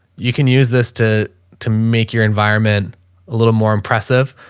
you can use this to to make your environment a little more impressive.